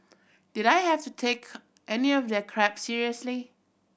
did I have to take any of their crap seriously